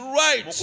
right